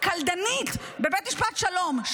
קלדנית בבית משפט השלום.